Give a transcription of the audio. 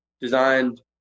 designed